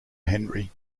henry